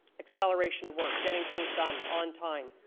acceleration of work, getting things done on time.